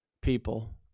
people